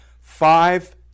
five